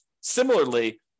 Similarly